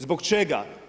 Zbog čega?